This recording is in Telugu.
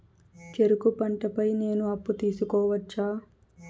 చెరుకు పంట పై నేను అప్పు తీసుకోవచ్చా?